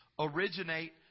originate